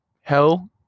Hell